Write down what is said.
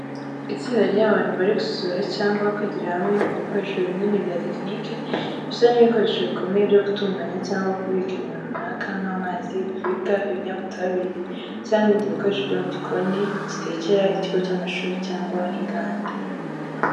Itsinda ry’abantu bari gusura cyangwa kwigira hamwe ku bikoresho binini bya tekiniki bisa n’ibikoresho bikomeye byo gutunganya cyangwa kubika ibintu runaka nk’amazi, ibiribwa, ibinyabutabire, cyangwa ibindi bikoresho byo mu gikoni gitekera ikigo cy'amashuri cyangwa inganda.